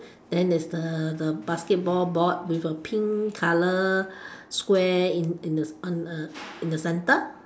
then there is the the basketball board with a pink color square in in the on the in the centre